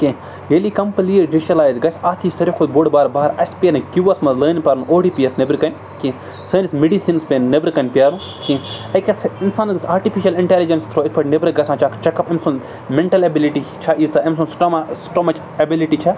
کینٛہہ ییٚلہِ یہِ کَمپٕلیٖٹ ڈِجٹلایز گژھِ اَتھ یہِ ساروی کھۄتہٕ بوٚڈ بار بار اَسہِ پیٚیہِ نہٕ کِیوٗوَس منٛز لٲنۍ پَرُن او ڈی پی یَس نٮ۪برٕ کَنۍ کینٛہہ سٲنِس میٚڈِسنٕز پیٚیہِ نہٕ نٮ۪برٕ کَنۍ پیارُن کینٛہہ أکِس اِنسانَس آٹِفِشَل اِنٹیلِجَنس تھرٛوٗ یِتھ پٲٹھۍ نٮ۪برٕ گژھان چھ اَکھ چَکَپ أمۍ سُنٛد مٮ۪نٛٹَل ایبِلِٹی چھےٚ ییٖژاہ أمۍ سُنٛد سٹوما سٹومٕچ ایٚبِلِٹی چھےٚ